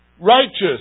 righteous